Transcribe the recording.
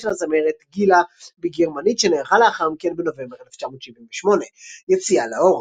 של הזמרת גילה בגרמנית שנערכה לאחר מכן בנובמבר 1978. יציאה לאור